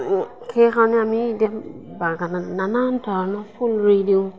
সেইকাৰণে আমি বাগানত নানান ধৰণৰ ফুল ৰুই দিওঁ